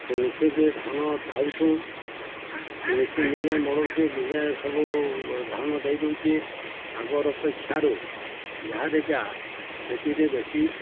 ସେ ମିସିନ୍ରେ ଧାନ ଦାଉଚୁଁ ସେ ମେସିନ୍ ନିଜେ ମଡ଼ଉଚେ ନିଜେ ସବୁ ଧାନ ଦେଇଦଉଚେ ଆଗର୍ ଅପେକ୍ଷାରୁ ଏହାଦେକା ସେଥିରେ ବେଶି